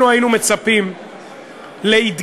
אנחנו היינו מצפים להתגייסות,